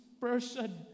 person